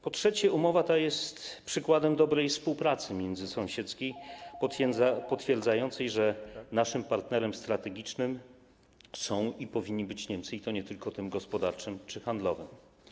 Po trzecie, ta umowa jest przykładem dobrej współpracy międzysąsiedzkiej potwierdzającej, że naszym partnerem strategicznym są i powinni być Niemcy, i to nie tylko gospodarczym czy handlowym.